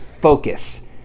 focus